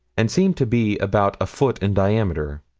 and seemed to be about a foot in diameter.